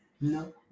No